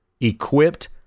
equipped